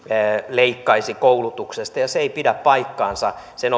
leikkaisi koulutuksesta ja se ei pidä paikkaansa sen